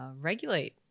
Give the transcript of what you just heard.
regulate